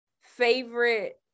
favorite